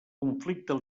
conflicte